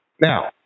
Now